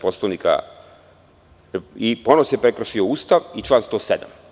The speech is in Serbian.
Poslovnika i ponovo se prekršio Ustav i član 107.